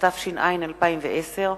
התש"ע 2010,